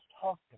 talked